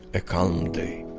a calm day